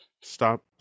stop